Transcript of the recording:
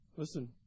Listen